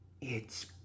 It's